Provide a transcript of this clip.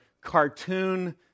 cartoon